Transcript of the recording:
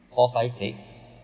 four five six